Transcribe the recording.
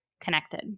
connected